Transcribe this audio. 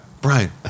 Brian